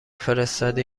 فرستادی